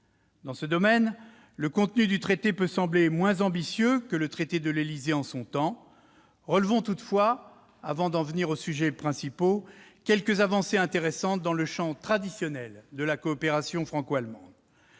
À cet égard, le contenu du traité peut sembler moins ambitieux que celui du traité de l'Élysée en son temps. Relevons toutefois, avant d'en venir aux sujets principaux, quelques avancées intéressantes dans le champ traditionnel de la coopération franco-allemande.